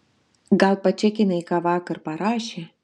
gal pačekinai ką vakar parašė